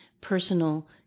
personal